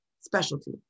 specialty